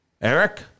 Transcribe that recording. Eric